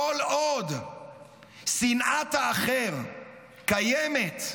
כל עוד שנאת האחר קיימת,